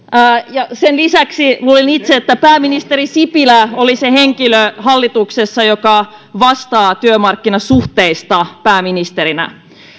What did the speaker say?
sen lisäksi luulin itse että pääministeri sipilä oli hallituksessa se henkilö joka vastaa työmarkkinasuhteista pääministerinä